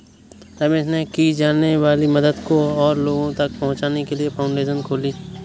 रमेश ने की जाने वाली मदद को और लोगो तक पहुचाने के लिए फाउंडेशन खोली